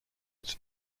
its